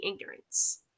ignorance